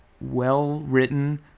well-written